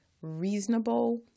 Reasonable